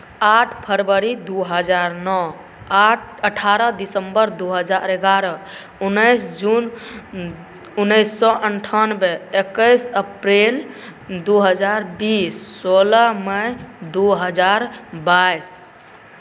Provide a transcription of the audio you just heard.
आठ फरवरी दू हजार नओ अठारह दिसम्बर दू हजार एगारह उन्नैस जून उन्नैस सए अन्ठानबे एकैस अप्रिल दू हजार बीस सोलह मइ दू हजार बाइस